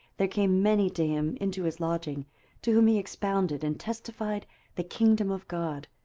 there came many to him into his lodging to whom he expounded and testified the kingdom of god,